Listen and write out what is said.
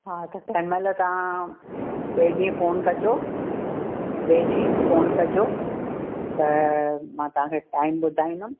हा त तंहिं महिल तव्हां ॿिए ॾींहुं फोन कॼो ॿिए ॾींहुं फोन कॼो त मां तव्हांखे टाइम ॿुधाईंदमि